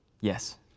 yes